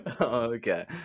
Okay